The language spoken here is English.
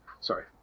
Sorry